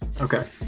okay